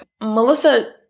Melissa